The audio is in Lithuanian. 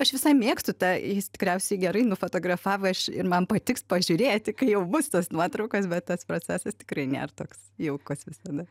aš visai mėgstu tą jis tikriausiai gerai nufotografavo aš ir man patiks pažiūrėti kai jau bus tos nuotraukos bet tas procesas tikrai nėr toks jaukus visada